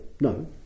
no